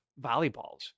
volleyballs